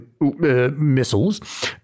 missiles